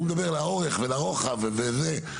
הוא מדבר לאורך ולרוחב וזה,